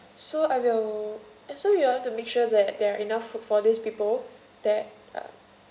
so I will uh so you want to make sure that there are enough food for these people that uh